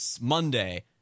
Monday